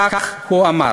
כך הוא אמר: